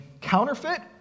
counterfeit